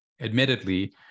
Admittedly